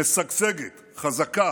משגשגת, חזקה,